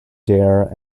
dare